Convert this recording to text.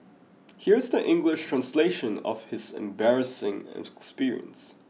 here is the English translation of his embarrassing experience